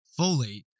folate